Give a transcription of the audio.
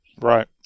Right